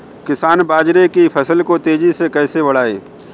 किसान बाजरे की फसल को तेजी से कैसे बढ़ाएँ?